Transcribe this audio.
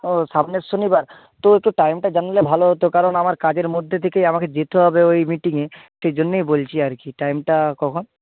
ও সামনের শনিবার তো একটু টাইমটা জানালে ভালো হতো কারণ আমার কাজের মধ্যে থেকেই আমাকে যেতে হবে ওই মিটিংয়ে সে জন্যেই বলছি আর কি টাইমটা কখন